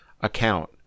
account